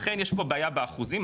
אכן יש בעיה באחוזים,